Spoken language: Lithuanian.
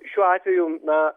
šiuo atveju na